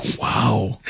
Wow